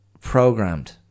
programmed